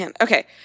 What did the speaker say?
okay